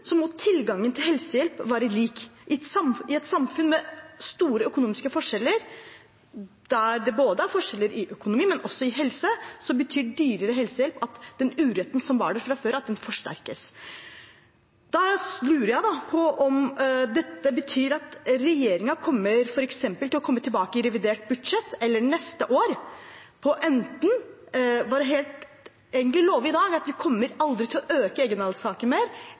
må tilgangen på helsehjelp være lik. I et samfunn med store økonomiske forskjeller, der det er både forskjeller i økonomi og forskjeller i helse, betyr dyrere helsehjelp at den uretten som var der fra før, forsterkes. Betyr dette at regjeringen kommer tilbake i revidert nasjonalbudsjett eller neste år – kan man love i dag at de aldri mer kommer til å øke egenandelstaket, eller at det skal reverseres til det det var?